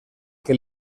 que